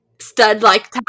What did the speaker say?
stud-like